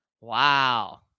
Wow